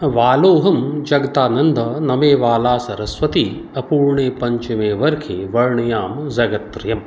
बालोऽहं जागदानन्दऽ नऽमेबाला सरस्वती अपूर्णे पञ्चमे वर्षे वर्णयामि जगत्रयम्